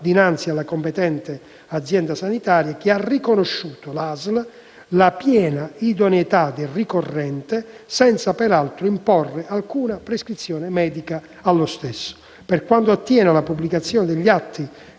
dinanzi alla competente Azienda sanitaria che ha riconosciuto la piena idoneità del ricorrente, senza peraltro imporre alcuna prescrizione medica allo stesso. Per quanto attiene alla pubblicazione degli atti